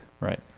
Right